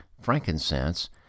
frankincense